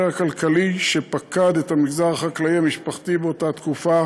הכלכלי שפקד את המגזר החקלאי המשפחתי באותה תקופה.